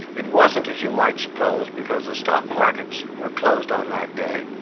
it wasn't as you might suppose because the stock markets were closed on that day.